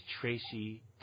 Tracy